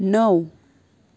णव